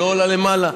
הוא לא עלה למעלה?